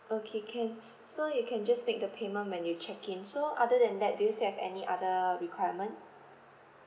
okay can so you can just make the payment when you check in so other than that do you still have any other requirement